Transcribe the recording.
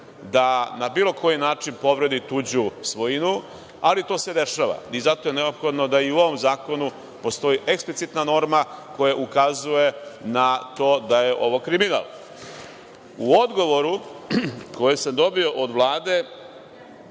da na bilo koji način povredi tuđu svojinu, ali to se dešava i zato je neophodno da i u ovom zakonu postoji eksplicitna norma koja ukazuje na to da je ovo kriminal.U odgovoru koji sam dobio od Vlade